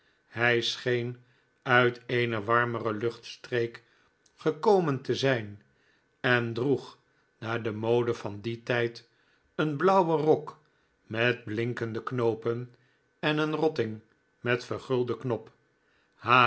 hij scheen uit eene warm ere luchtstreek gekomen te zijn en droeg naar de mode van dien tijd een blauwen rok met blinkendeknoopen en eenrottingmetverguldenknop ha joe